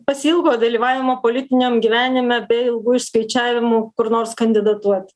pasiilgo dalyvavimo politiniam gyvenime be ilgų išskaičiavimų kur nors kandidatuot